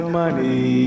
money